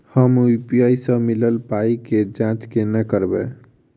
हम यु.पी.आई सअ मिलल पाई केँ जाँच केना करबै?